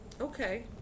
Okay